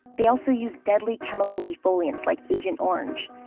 they also use deadly chemical defoliants like agent orange,